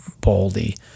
Baldy